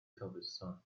تابستان